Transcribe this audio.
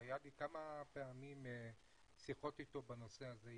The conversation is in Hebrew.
היו לי כמה פעמים שיחות איתו בנושא הזה,